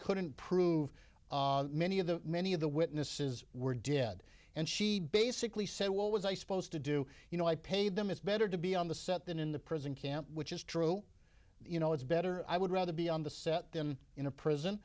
couldn't prove many of the many of the witnesses were dead and she basically said what was i supposed to do you know i paid them it's better to be on the set than in the prison camp which is true you know it's better i would rather be on the set than in a prison